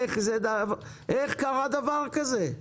איך קרה דבר כזה.